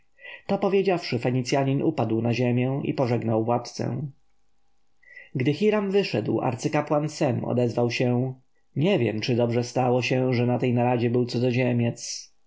to powiedziawszy fenicjanin upadł na ziemię i pożegnał władcę gdy hiram wyszedł arcykapłan sem odezwał się nie wiem czy dobrze stało się że na tej naradzie był cudzoziemiec